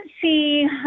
see